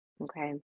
Okay